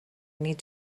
need